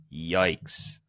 yikes